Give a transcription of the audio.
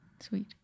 Sweet